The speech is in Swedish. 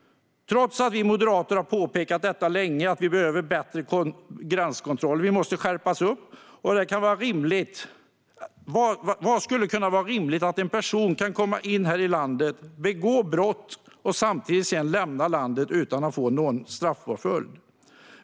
Vi moderater har länge har påpekat att vi behöver skärpa gränskontrollerna. Det kan inte vara rimligt att en person kan komma in här i landet, begå brott och sedan lämna landet utan att få någon straffpåföljd.